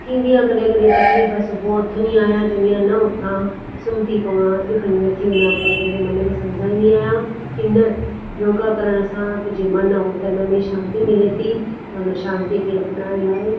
थींदी आहे कड॒हिं कड॒हिं तकलीफ़ सुबुह उथंदी आहियां चवंदी आं न उथा सुम्ही थी पवां अॼु खणी नथी वञां पर पंहिंजे मन खे सम्झाईंदी आहियां कि न योगा करणु सां तुंहिंजे मनु ऐं तनु में शांती मिले थी हुन शांती खे अपनाइणु लाइ